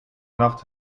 nacht